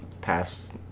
past